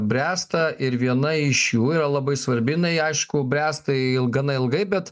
bręsta ir viena iš jų yra labai svarbi na ji aišku bręsta ir gana ilgai bet